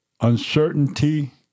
uncertainty